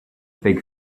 big